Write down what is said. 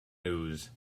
news